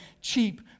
cheap